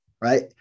right